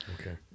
okay